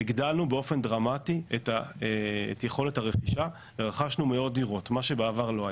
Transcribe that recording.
הגדלנו באופן דרמטי את יכולת הרכישה ורכשנו מאות דירות מה שבעבר לא היה.